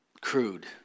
Crude